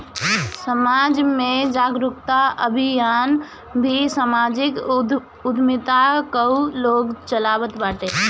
समाज में जागरूकता अभियान भी समाजिक उद्यमिता कअ लोग चलावत बाटे